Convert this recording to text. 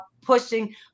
pushing